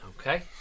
Okay